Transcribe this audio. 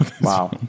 Wow